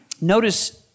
Notice